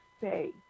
say